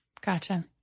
Gotcha